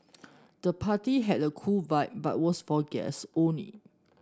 the party had a cool vibe but was for guests only